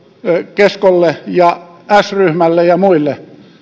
keskolle ja s ryhmälle ja muille